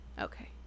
Okay